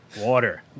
Water